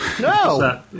No